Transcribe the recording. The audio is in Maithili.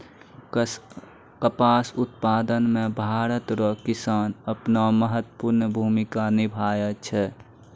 कपास उप्तादन मे भरत रो किसान अपनो महत्वपर्ण भूमिका निभाय छै